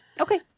Okay